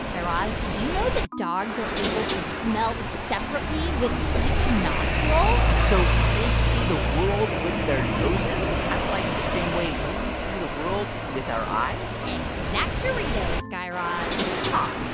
guy raz, did you know that dogs are able to smell separately with each nostril? so they see the world with their noses kind of like the same way we see the world with our eyes exactoritos, guy raz huh.